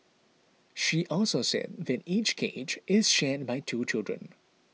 she also said that each cage is shared by two children